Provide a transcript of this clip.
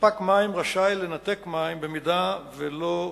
ספק מים רשאי לנתק מים במידה שלא,